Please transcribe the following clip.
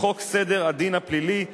סדר הדין הפלילי ,